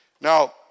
Now